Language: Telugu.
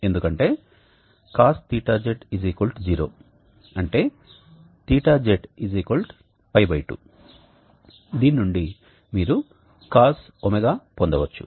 ఎందుకంటే CosθZ0 అంటే θZ π 2 దీని నుండి మీరు Cos ω పొందవచ్చు